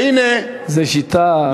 זה שיטה,